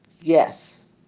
Yes